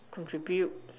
contribute